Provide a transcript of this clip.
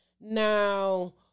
Now